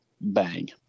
bang